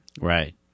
Right